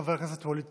חבר הכנסת ווליד